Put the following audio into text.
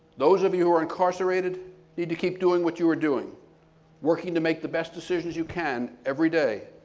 those of you who are incarcerated need to keep doing what you are doing working to make the best decisions you can every day,